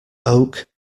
oak